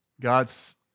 God's